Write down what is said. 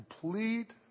complete